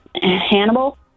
Hannibal